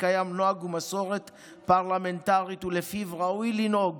קיימים נוהג ומסורת פרלמנטרית שלפיהם ראוי לנהוג